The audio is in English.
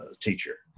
teacher